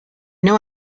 know